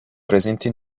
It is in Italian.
presente